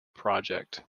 project